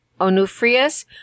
Onufrius